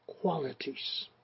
qualities